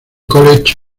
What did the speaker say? college